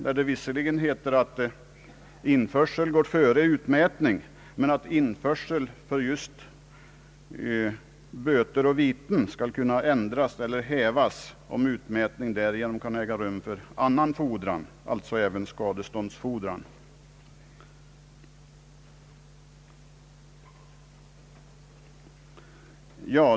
Det heter visserligen där att införsel går före utmätning, men det står vidare att införsel för just böter och viten skall kunna ändras eller hävas, om utmätning därigenom kan äga rum för annan fordran, alltså även skadeståndsfordran.